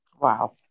Wow